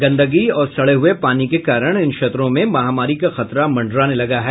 गंदगी और सड़े हये पानी के कारण इन क्षेत्रों में महामारी का खतरा मंडराने लगा है